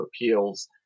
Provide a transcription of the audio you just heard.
Appeals